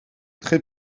très